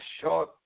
short